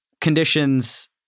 conditions